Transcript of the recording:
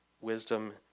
wisdom